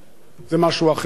זה משהו אחר לחלוטין.